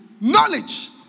knowledge